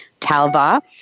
Talva